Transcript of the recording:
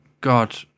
God